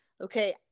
okay